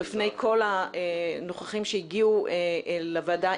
בפני כל הנוכחים שהגיעו לוועדה,